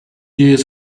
years